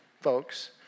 folks